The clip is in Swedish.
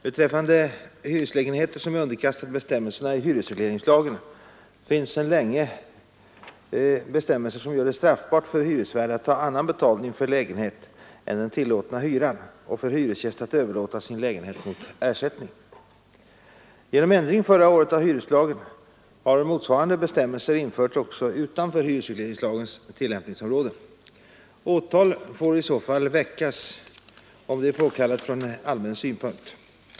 Beträffande hyreslägenheter som är underkastade bestämmelserna i hyresregleringslagen finns sedan länge bestämmelser som gör det straffbart för hyresvärd att ta annan betalning för lägenhet än den tillåtna hyran och för hyresgäst att överlåta sin lägenhet mot ersättning. Genom ändring förra året av hyreslagen har motsvarande bestämmelser införts också utanför hyresregleringslagens tillämpningsområde. Åtal får i så fall väckas om det är påkallat från allmän synpunkt.